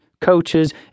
coaches